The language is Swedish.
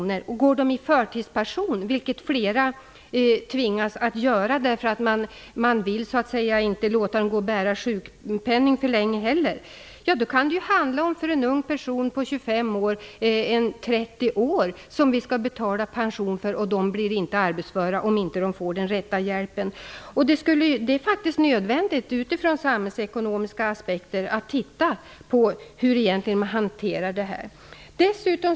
Om en ung person på 25 år går i förtidspension, vilket flera tvingas göra därför att man inte vill låta dem uppbära sjukpenning för länge, skall vi betala pension i 30 år. De blir inte arbetsföra om de inte får den rätta hjälpen. Det är faktiskt nödvändigt utifrån samhällsekonomiska aspekter att titta på hur man egentligen hanterar dessa frågor.